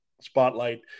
spotlight